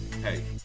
hey